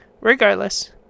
regardless